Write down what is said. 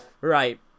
Right